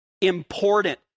important